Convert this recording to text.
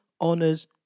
honors